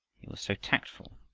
he was so tactful,